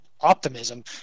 optimism